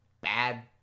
bad